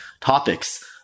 topics